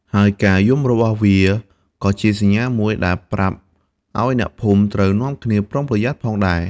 ហើយការយំរបស់វាក៏ជាសញ្ញាមួយដែលប្រាប់ឲ្យអ្នកភូមិត្រូវនាំគ្នាប្រុងប្រយ័ត្នផងដែរ។